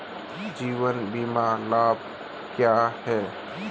जीवन बीमा लाभ क्या हैं?